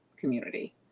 community